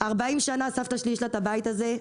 40 שנה לסבתא שלי יש הבית הזה,